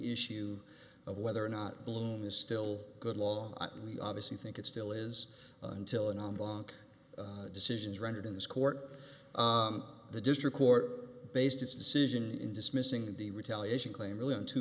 issue of whether or not bloom is still good law and we obviously think it still is until an on block decisions rendered in this court the district court based its decision in dismissing the retaliation claim really in two